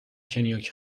کنیاک